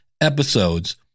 episodes